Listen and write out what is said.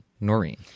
Noreen